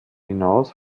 hinaus